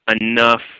enough